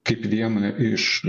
kaip vieną iš